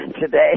today